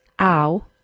ow